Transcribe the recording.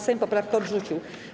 Sejm poprawkę odrzucił.